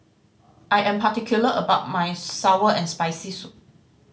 I am particular about my sour and Spicy Soup